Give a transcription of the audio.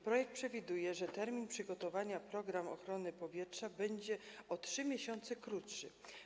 Projekt przewiduje, że termin przygotowania programu ochrony powietrza będzie o 3 miesiące krótszy.